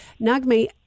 Nagme